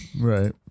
Right